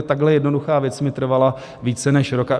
Takhle jednoduchá věc mi trvala více než rok.